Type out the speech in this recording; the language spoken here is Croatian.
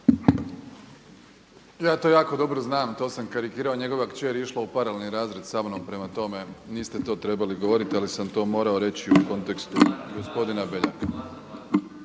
Ja to jako dobro znam, to sam karikirao, njegova kći je išla u paralelni razred sa mnom, prema tome niste to trebali govoriti ali sam to morao reći u kontekstu gospodina Beljaka.